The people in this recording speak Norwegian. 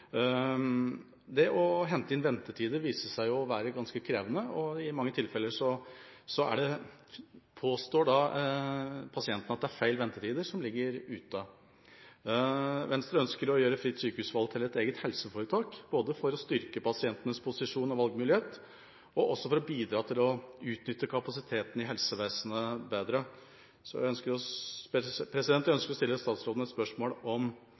det å hente inn ventetider viste seg å være ganske krevende, og i mange tilfeller påstår pasientene at det er feil ventetider som ligger ute. Venstre ønsker å gjøre fritt sykehusvalg til et eget helseforetak, både for å styrke pasientenes posisjon og valgmulighet og for å bidra til å utnytte kapasiteten i helsevesenet bedre. Jeg ønsker å stille statsråden et spørsmål om organiseringen av fritt sykehusvalg. Har han noen tanker om